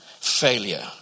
failure